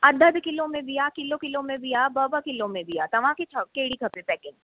अधु अधु किलो में बि आहे किलो किलो में बि आहे ॿ ॿ किलो में बि आहे तव्हांखे छा कहिड़ी खपे पैकिंग